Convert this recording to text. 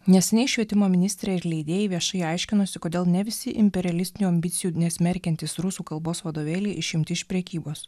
neseniai švietimo ministrė ir leidėjai viešai aiškinosi kodėl ne visi imperialistinių ambicijų nesmerkiantys rusų kalbos vadovėliai išimti iš prekybos